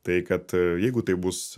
tai kad jeigu tai bus